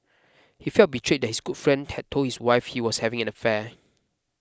he felt betrayed his good friend had told his wife he was having an affair